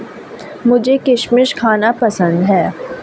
मुझें किशमिश खाना पसंद है